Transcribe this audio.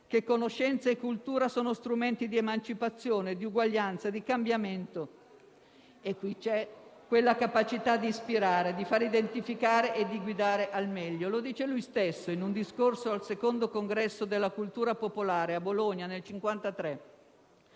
che conoscenza e cultura sono strumenti di emancipazione, di uguaglianza, di cambiamento, e qui c'è quella capacità di ispirare, di far identificare e di guidare al meglio. Lo dice lui stesso in un discorso al II Congresso della cultura popolare a Bologna, nel 1953: